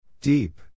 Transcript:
Deep